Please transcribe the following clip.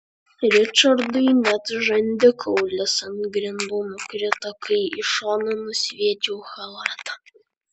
ričardui net žandikaulis ant grindų nukrito kai į šoną nusviedžiau chalatą